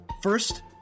First